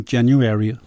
January